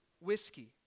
whiskey